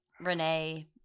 renee